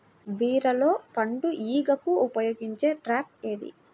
బీరలో పండు ఈగకు ఉపయోగించే ట్రాప్ ఏది?